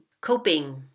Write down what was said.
Coping